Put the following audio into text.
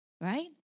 right